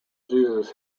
jesus